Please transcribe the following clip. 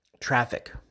Traffic